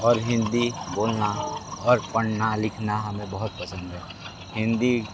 और हिंदी बोलना और पढ़ना लिखना हमें बहुत पसंद है हिंदी